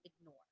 ignore